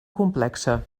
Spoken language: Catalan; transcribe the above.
complexa